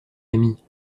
amie